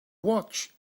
watch